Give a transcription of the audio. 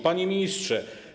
Panie Ministrze!